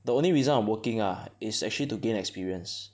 the only reason I'm working ah is actually to gain experience